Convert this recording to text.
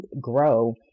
grow